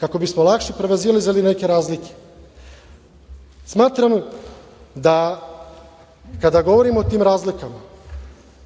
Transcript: kako bismo lakše prevazilazili neke razlike. Smatram da kada govorimo o tim razlikama,